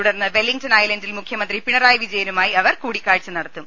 തുടർന്ന് Wellington ഐലന്റിൽ മുഖ്യമന്ത്രി പിണറായി വിജയനുമായി അവർ കൂടിക്കാഴ്ച നടത്തും